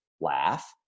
laugh